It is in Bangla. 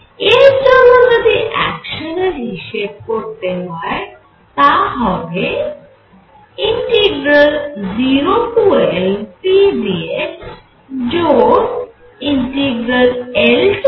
এর জন্য যদি অ্যাকশানের হিসেব করতে হয় তা হবে 0Lp dx যোগ L0p dx